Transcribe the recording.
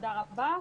תודה רבה.